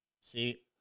See